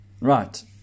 Right